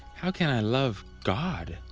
how can i love god?